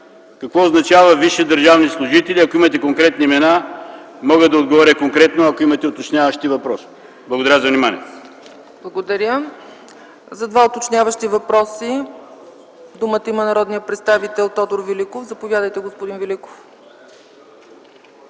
какво означава „висши държавни служители”. Ако имате конкретни имена, мога да отговоря, ако имате уточняващи въпроси. Благодаря за вниманието. ПРЕДСЕДАТЕЛ ЦЕЦКА ЦАЧЕВА: Благодаря. За два уточняващи въпроса думата има народният представител Тодор Великов. Заповядайте, господин Великов.